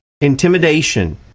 intimidation